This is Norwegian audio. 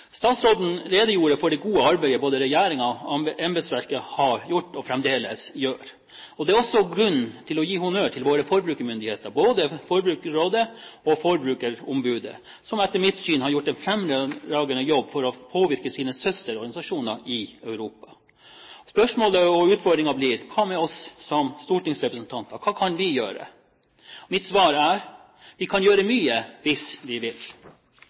Statsråden redegjorde for det gode arbeidet som både regjeringen og embetsverket har gjort og fremdeles gjør. Det er også grunn til å gi honnør til våre forbrukermyndigheter, både Forbrukerrådet og forbrukerombudet, som etter mitt syn har gjort en fremragende jobb for å påvirke sine søsterorganisasjoner i Europa. Spørsmålet og utfordringen blir: Hva med oss stortingsrepresentanter, hva kan vi gjøre? Mitt svar er: Vi kan gjøre mye – hvis vi vil!